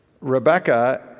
Rebecca